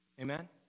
Amen